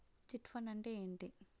Chit fund అంటే ఏంటి?